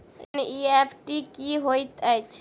NEFT की होइत अछि?